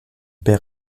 père